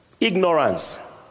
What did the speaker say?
ignorance